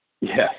Yes